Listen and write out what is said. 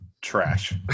trash